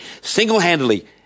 single-handedly